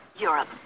Europe